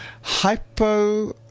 hypo